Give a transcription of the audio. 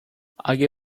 اگه